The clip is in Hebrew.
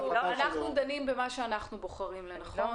אנחנו דנים במה שאנחנו רואים לנכון.